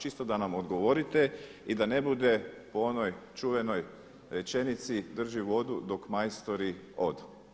Čisto da nam odgovorite i da ne bude po onoj čuvenoj rečenici drži vodu dok majstori odu.